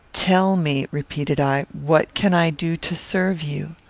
tell me, repeated i, what can i do to serve you?